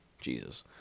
Jesus